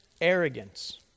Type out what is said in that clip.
arrogance